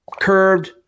curved